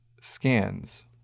scans